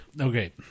Okay